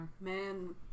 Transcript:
man